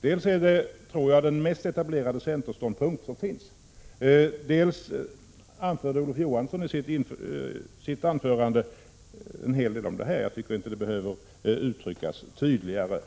Dels rör det sig nog om den mest etablerade centerståndpunkten, dels sade Olof Johansson i sitt anförande en hel del i frågan, och jag tycker inte att man behöver uttrycka sig tydligare.